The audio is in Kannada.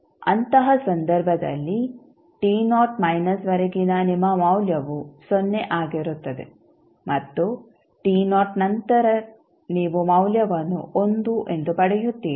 ಅಂತಹ ಸಂದರ್ಭದಲ್ಲಿ ವರೆಗಿನ ನಿಮ್ಮ ಮೌಲ್ಯವು ಸೊನ್ನೆ ಆಗಿರುತ್ತದೆ ಮತ್ತುನಂತರ ನೀವು ಮೌಲ್ಯವನ್ನು 1 ಎಂದು ಪಡೆಯುತ್ತೀರಿ